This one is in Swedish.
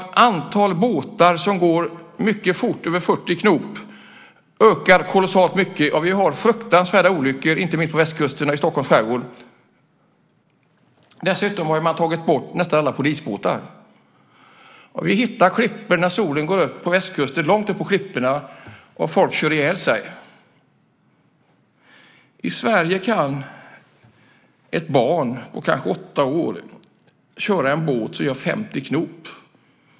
Antalet båtar som går mycket fort, över 40 knop, ökar kolossalt mycket. Det sker fruktansvärda olyckor inte minst på västkusten och i Stockholms skärgård. Dessutom har nästan alla polisbåtar tagits bort. När solen går upp utefter västkusten kan vi långt upp på klipporna hitta folk som har kört ihjäl sig. I Sverige kan ett barn på kanske åtta år köra en båt som gör 50 knop.